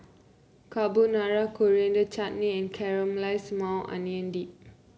Carbonara Coriander Chutney and Caramelized Maui Onion Dip